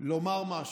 לומר משהו.